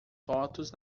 fotos